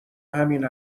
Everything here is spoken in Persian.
همین